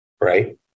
Right